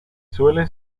suele